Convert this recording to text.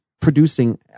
producing